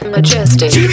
Majestic